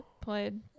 played